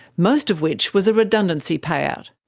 most of which was a redundancy payout.